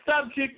subject